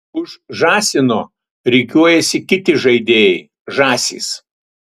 už žąsino rikiuojasi kiti žaidėjai žąsys